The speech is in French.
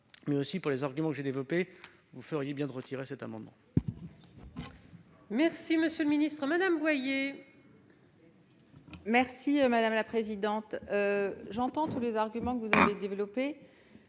et au nom des arguments que j'ai développés, vous feriez bien de retirer cet amendement.